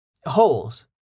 holes